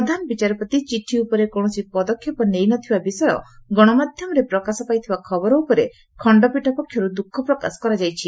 ପ୍ରଧାନ ବିଚାରପତି ଚିଠି ଉପରେ କୌଣସି ପଦକ୍ଷେପ ନେଇ ନ ଥିବା ବିଷୟ ଗଣମାଧ୍ୟମରେ ପ୍ରକାଶ ପାଇଥିବା ଖବର ଉପରେ ଖଣ୍ଡପୀଠ ପକ୍ଷରୁ ଦୁଃଖ ପ୍ରକାଶ କରାଯାଇଛି